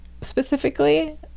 specifically